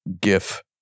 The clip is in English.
GIF